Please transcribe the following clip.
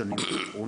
בשנים האחרונות,